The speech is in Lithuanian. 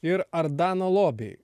ir ardano lobiai